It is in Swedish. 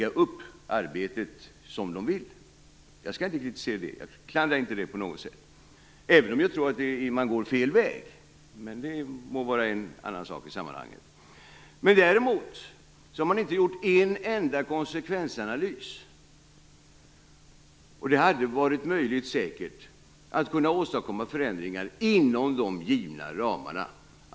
Jag skall inte kritisera det. Jag klandrar inte det på något sätt, även om jag tror att man går fel väg. Men det må vara en annan sak. Däremot har man inte gjort en enda konsekvensanalys och det hade säkert varit möjligt att åstadkomma förändringar inom de givna ramarna.